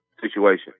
situation